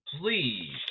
Please